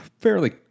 fairly